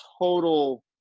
total